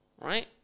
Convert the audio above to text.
right